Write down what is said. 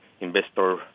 investor